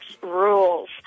Rules